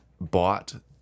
bought